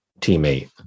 teammate